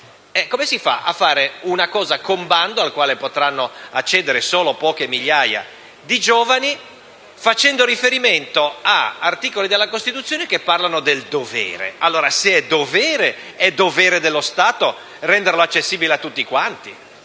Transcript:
Come si fa a fare una cosa con bando al quale potranno accedere solo poche migliaia di giovani, facendo riferimento ad articoli della Costituzione che parlano del dovere? Se è dovere, è dovere dello Stato renderlo accessibile a tutti quanti,